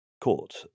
Court